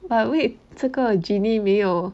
but wait 这个 genie 没有